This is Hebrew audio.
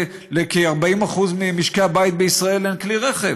כי ל-40% ממשקי הבית בישראל אין כלי רכב.